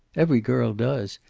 every girl does.